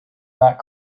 not